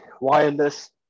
wireless